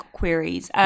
queries